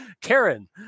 Karen